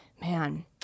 man